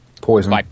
Poison